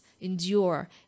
endure